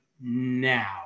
now